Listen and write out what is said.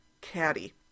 caddy